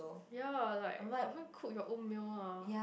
ya like I even cook your own meal ah